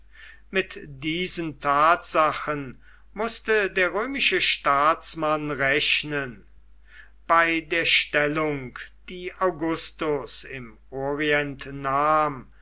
mit diesen tatsachen mußte der römische staatsmann rechnen bei der stellung die augustus im orient nahm